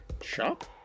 Shop